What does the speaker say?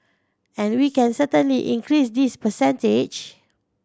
and we can certainly increase this percentage